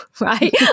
right